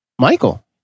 Michael